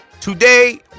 Today